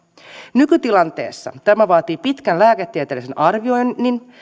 nykytilanteessa tämä vaatii pitkän lääketieteellisen arvioinnin